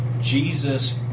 Jesus